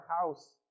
house